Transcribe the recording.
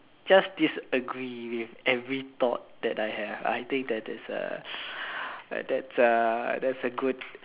just disagree with every thought that I have I think that that that's a that's a good